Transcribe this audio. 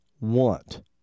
want